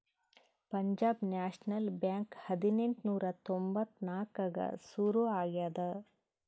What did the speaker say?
Punjab National Bank ಹದಿನೆಂಟ್ ನೂರಾ ತೊಂಬತ್ತ್ ನಾಕ್ನಾಗ್ ಸುರು ಆಗ್ಯಾದ